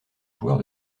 joueur